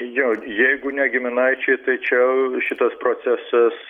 jo jeigu ne giminaičiai tai čia šitas procesas